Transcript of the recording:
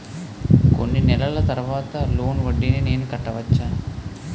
కొన్ని నెలల తర్వాత లోన్ వడ్డీని నేను కట్టవచ్చా?